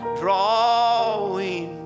drawing